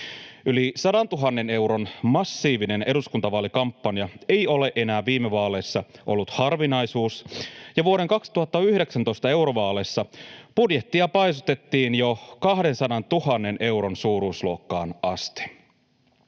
Yli 100 000 euron massiivinen eduskuntavaalikampanja ei ole enää viime vaaleissa ollut harvinaisuus, ja vuoden 2019 eurovaaleissa budjettia paisutettiin jo 200 000 euron suuruusluokkaan asti.